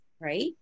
right